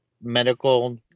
medical